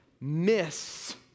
miss